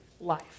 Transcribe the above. life